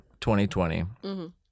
2020